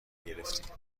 گرفتی